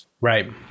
Right